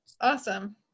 awesome